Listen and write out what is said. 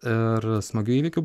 ir smagių įvykių